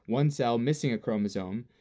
one cell missing chromosome,